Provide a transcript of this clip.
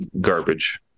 garbage